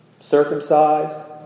circumcised